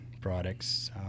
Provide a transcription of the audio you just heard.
products